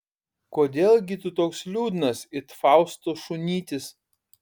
kodėl gi tu toks liūdnas it fausto šunytis